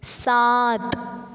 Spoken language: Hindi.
सात